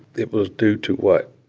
it was due to what?